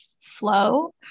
flow